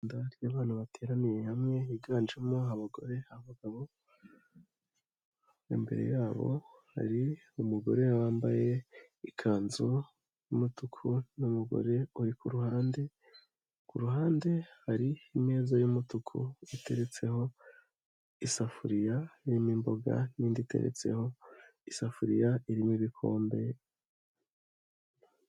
Itsinda ry'abantu bateraniye hamwe higanjemo abagore, abagabo. Imbere yabo hari umugore yambaye ikanzu y'umutuku n'umugore uri kuruhande. Kuruhande hari imeza y'umutuku iteretseho isafuriya irimo imboga n'indi iteretseho isafuriya irimo ibikombe.